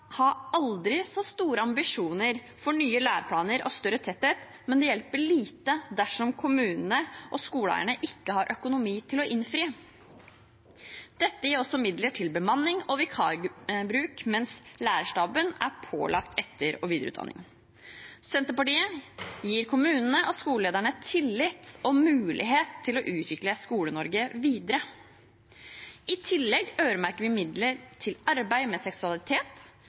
aldri så store ambisjoner for nye læreplaner og større tetthet, men det hjelper lite dersom kommunene og skoleeierne ikke har økonomi til å innfri. Dette gir også midler til bemanning og vikarbruk mens lærerstaben er pålagt etter- og videreutdanning. Senterpartiet gir kommunene og skolelederne tillit og mulighet til å utvikle Skole-Norge videre. I tillegg øremerker vi midler til arbeid med seksualitet,